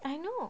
I know